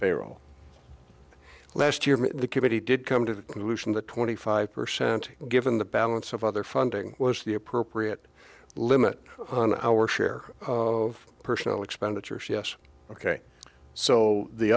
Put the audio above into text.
barrel last year the committee did come to the conclusion that twenty five percent given the balance of other funding was the appropriate limit on our share of personal expenditures yes ok so the